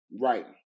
Right